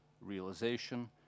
realization